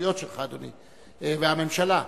ההסתייגויות שלך, אדוני, וגם הממשלה.